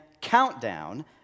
countdown